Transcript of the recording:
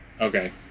Okay